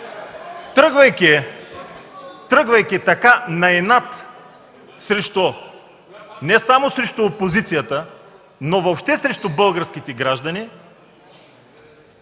Тръгвайки така – на инат, не само срещу опозицията, но въобще срещу българските граждани,